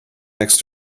next